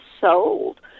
sold